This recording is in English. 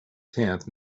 tenth